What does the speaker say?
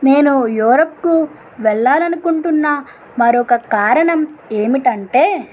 నేను యూరోప్కు వెళ్లాలనుకుంటున్నా మరొక కారణం ఏమిటంటే